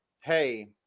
Hey